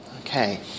okay